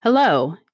Hello